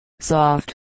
soft